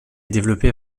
développé